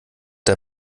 der